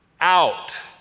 out